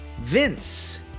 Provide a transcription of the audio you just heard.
Vince